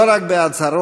לא רק בהצהרות,